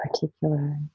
particular